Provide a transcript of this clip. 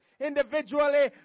individually